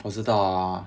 我知道 ah